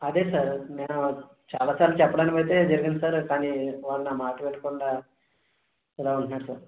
అదే సార్ నేను చాలా సార్లు చెప్పడాన్ని బట్టే జరిగింది సార్ కానీ వాడు నా మాట వినకుండా ఇలా ఉంటున్నాడు సార్